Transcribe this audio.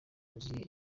yuzuye